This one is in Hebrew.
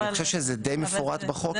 אני חושב שזה די מפורט בחוק,